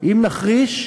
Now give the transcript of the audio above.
כמו סוחרים,